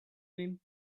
name